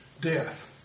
death